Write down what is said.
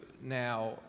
now